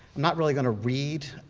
not really going to read.